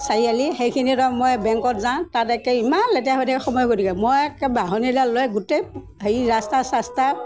চাৰিআলি সেইখিনি ধৰক মই বেংকত যাওঁ তাত একে ইমান লেতেৰা হৈ থাকে সময় গতিকে মই একে বাঢ়নী এডাল লৈ গোটেই হেৰি ৰাস্তা চাস্তা